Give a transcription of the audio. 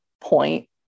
point